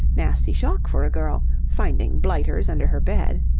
nasty shock for a girl, finding blighters under her bed.